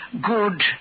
good